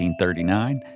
1939